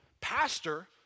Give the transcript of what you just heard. Pastor